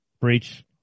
Breach